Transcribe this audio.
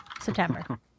September